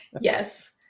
Yes